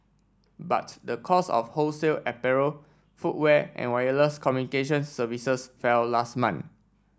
but the cost of wholesale apparel footwear and wireless communications services fell last month